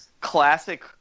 classic